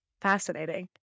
Fascinating